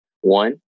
one